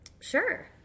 Sure